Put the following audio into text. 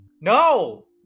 no